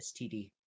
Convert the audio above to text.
STD